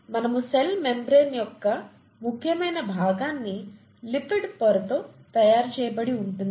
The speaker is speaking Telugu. ఆపై మనము సెల్ మెంబ్రేన్ యొక్క ముఖ్యమైన భాగాన్ని లిపిడ్పొరతో తయారు చేయబడి ఉంటుంది